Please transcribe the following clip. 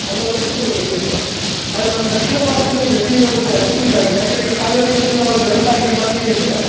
ಅಲ್ಲೊಂದಷ್ಟು ನಡೆಯುತ್ತೆ ಆದರೆ ನಮ್ಮ ದಕ್ಷಿಣ ಭಾರತದಲ್ಲಿ ನದಿ ವ್ಯವಸ್ಥೆ ಅಷ್ಟು ಇದಾಗಿಲ್ಲ ಯಾಕೆಂದರೆ ಈಗ ಕಾವೇರಿ ನದಿಯಲ್ಲಿ ನಾವು ಜಲ ಸಾರಿಗೆ ಮಾಡ್ತೀವಿ ಅಂದರೆ